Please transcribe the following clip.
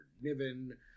Niven